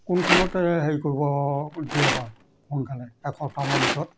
কোনখনতে হেৰি কৰিব দিয়ে বাৰু সোনকালে এসপ্তাহ মানৰ ভিতৰত